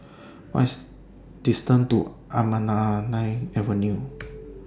What IS distance to Anamalai Avenue